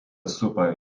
supa